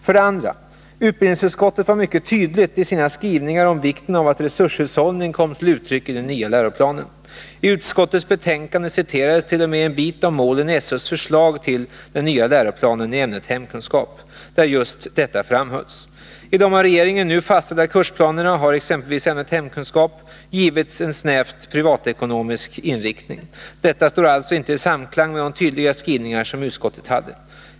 För det andra: Utbildningsutskottet var mycket tydligt i sina skrivningar när det gällde vikten av att frågan om resurshushållning kom till uttryck i den nya läroplanen. I utskottets betänkande citerades t.o.m. en bit av målbeskrivningen i SÖ:s förslag till den nya läroplanen avseende ämnet hemkunskap där just detta framhölls, men i de av regeringen nu fastställda kursplanerna har ämnet hemkunskap givits en snävt privatekonomisk inriktning. Detta står alltså inte i samklang med de tydliga skrivningar som utskottet gjorde.